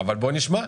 אבל בוא נשמע.